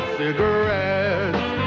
cigarettes